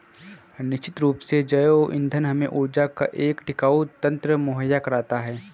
निश्चित रूप से जैव ईंधन हमें ऊर्जा का एक टिकाऊ तंत्र मुहैया कराता है